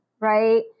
right